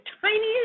tiniest